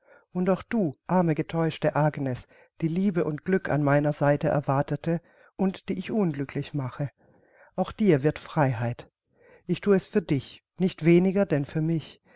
und auch du arme getäuschte agnes die liebe und glück an meiner seite erwartete und die ich unglücklich mache auch dir wird freiheit ich thu es für dich nicht weniger denn für mich